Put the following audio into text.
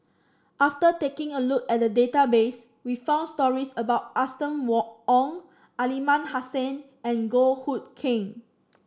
after taking a look at the database we found stories about Austen Ong Aliman Hassan and Goh Hood Keng